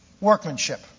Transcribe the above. workmanship